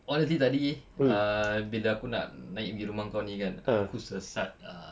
all I see tadi err bila aku nak naik gi rumah kau ni kan aku sesat uh